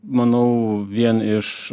manau vien iš